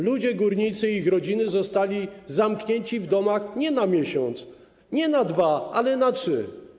Ludzie: górnicy i ich rodziny zostali zamknięci w domach nie na 1 miesiąc, nie na 2 miesiące, ale na 3.